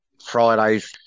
Fridays